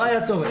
לא היה צורך.